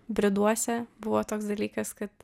briduose buvo toks dalykas kad